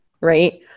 right